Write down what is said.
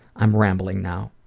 i'm rambling now.